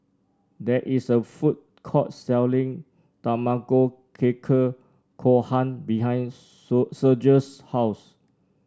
there is a food court selling Tamago Kake Gohan behind Sergio's house